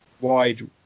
wide